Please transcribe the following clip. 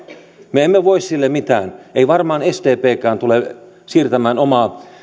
me emme voi sille mitään ei varmaan sdpkään tule siirtämään omaa